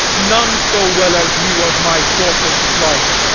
none so well as you, of my daughter's flight.